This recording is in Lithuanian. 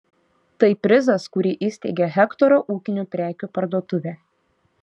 tai prizas kurį įsteigė hektoro ūkinių prekių parduotuvė